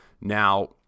Now